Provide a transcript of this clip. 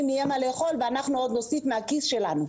יהיה מה לאכול ואנחנו עוד נוסיף מהכיס שלנו.